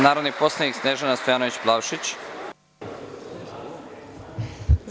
Narodni poslanik Snežana Stojanović Plavšić ima reč.